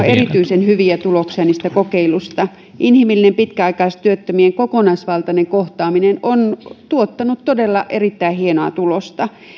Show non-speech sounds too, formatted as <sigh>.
<unintelligible> erityisen hyviä tuloksia niistä kokeiluista inhimillinen pitkäaikaistyöttömien kokonaisvaltainen kohtaaminen on tuottanut todella erittäin hienoa tulosta